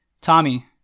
Tommy